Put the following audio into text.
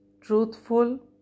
truthful